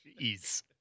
Jeez